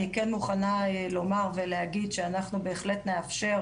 אני כן מוכנה לומר ולהגיד שאנחנו בהחלט נאפשר